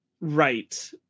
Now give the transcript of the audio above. right